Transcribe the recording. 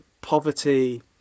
poverty